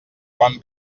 quan